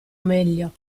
meglio